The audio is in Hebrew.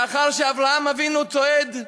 לאחר שאברהם אבינו צועד,